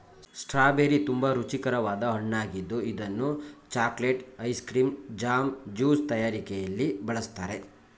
strawberry ತುಂಬಾ ರುಚಿಕರವಾದ ಹಣ್ಣಾಗಿದ್ದು ಇದನ್ನು chocolates, ice cream, jam, juice ತಯಾರಿಕೆಯಲ್ಲಿ ಬಳ್ಸತ್ತರೆ